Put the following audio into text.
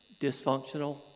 dysfunctional